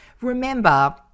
Remember